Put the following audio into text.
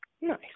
Nice